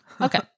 Okay